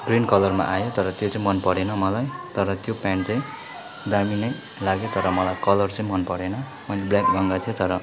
plain कलरमा आयो तर त्यो चाहिँ मन परेन मलाई तर त्यो प्यान्ट चाहिँ दामी नै लाग्यो तर मलाई कलर चाहिँ मन परेन मैले ब्ल्याक मगाएको थिएँ तर